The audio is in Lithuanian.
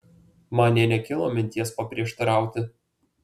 man nė nekilo minties paprieštarauti